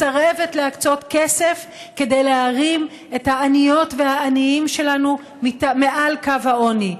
מסרבת להקצות כסף כדי להרים את העניות והעניים שלנו מעל קו העוני.